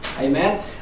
Amen